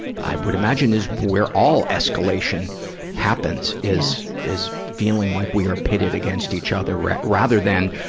i would imagine, is where all escalation happens, is is feeling like we are pitted against each other rather rather than,